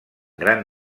gran